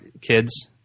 kids